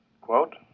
Quote